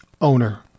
owner